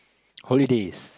holidays